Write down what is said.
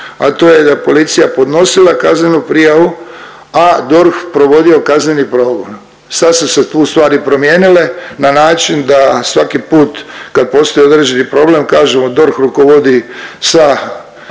a to je da je policija podnosila kaznenu prijavu, a DORH provodio kazneni progon. Sad su se tu stvari promijenile na način da svaki put kad postoji određeni problem kažemo DORH rukovodi sa